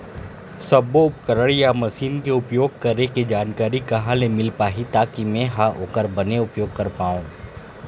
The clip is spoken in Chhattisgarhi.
सब्बो उपकरण या मशीन के उपयोग करें के जानकारी कहा ले मील पाही ताकि मे हा ओकर बने उपयोग कर पाओ?